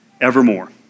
evermore